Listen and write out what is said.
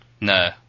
no